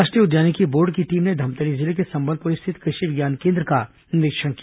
राष्ट्रीय उद्यानिकी बोर्ड की टीम ने धमतरी जिले के संबलपुर स्थित कृषि विज्ञान केन्द्र का निरीक्षण किया